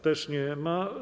Też nie ma.